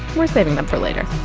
we're saving them for later